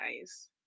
guys